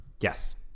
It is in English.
Yes